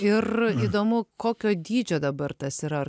ir įdomu kokio dydžio dabar tas yra